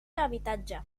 habitatge